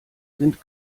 sind